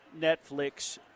Netflix